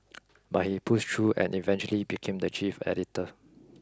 but he pushed through and eventually became the chief editor